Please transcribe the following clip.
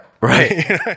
right